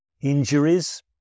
injuries